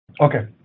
Okay